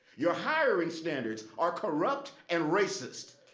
your hiring standards are corrupt and racist.